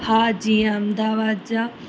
हा जीअं अहमदाबाद जा